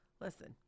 Listen